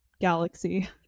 Galaxy